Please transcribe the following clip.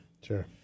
Sure